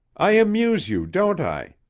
i amuse you, don't i?